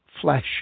Flesh